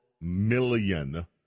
million